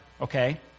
Okay